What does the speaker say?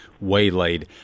waylaid